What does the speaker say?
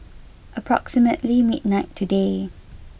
approximately midnight today